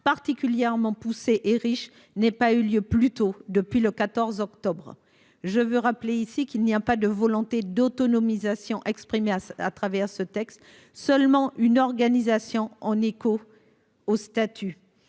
particulièrement poussé et riche n'ait pas eu lieu plus tôt. Depuis le 14 octobre. Je veux rappeler ici qu'il n'y a pas de volonté d'autonomisation exprimé à à travers ce texte seulement une organisation en écho au statut.